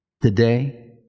today